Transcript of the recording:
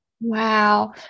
Wow